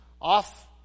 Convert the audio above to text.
off